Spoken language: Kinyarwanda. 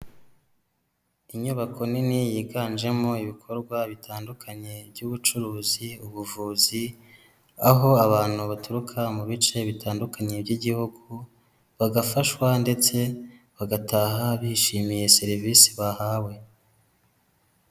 Inyubako nini yiganjemo ibikorwa bitandukanye by'ubucuruzi, ubuvuzi, aho abantu baturuka mu bice bitandukanye by'igihugu, bagafashwa ndetse bagataha bishimiye serivisi bahawe.